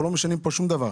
אנחנו לא משנים פה שום דבר.